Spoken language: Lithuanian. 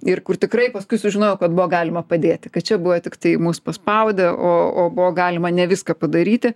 ir kur tikrai paskui sužinojau kad buvo galima padėti kad čia buvo tiktai mus paspaudė o o buvo galima ne viską padaryti